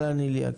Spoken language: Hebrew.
בבקשה, איליה.